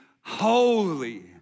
holy